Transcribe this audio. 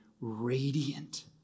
radiant